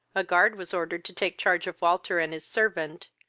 a guard was ordered to take charge of walter and his servant,